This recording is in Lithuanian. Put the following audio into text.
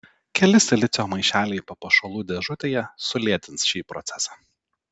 keli silicio maišeliai papuošalų dėžutėje sulėtins šį procesą